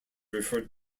referred